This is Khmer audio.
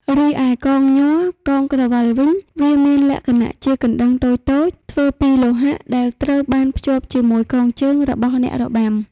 រីឯកងញ័រ/កងក្រវិលវិញវាមានលក្ខណៈជា កណ្ដឹងតូចៗ ធ្វើពីលោហៈ ដែលត្រូវបានភ្ជាប់ជាមួយកងជើង របស់អ្នករបាំ។